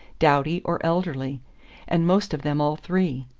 dowdy or elderly and most of them all three.